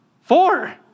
Four